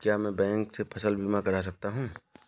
क्या मैं बैंक से फसल बीमा करा सकता हूँ?